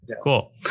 Cool